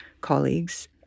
colleagues